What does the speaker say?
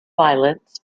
violence